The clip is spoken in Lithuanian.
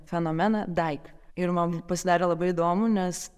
fenomeną daik ir man pasidarė labai įdomu nes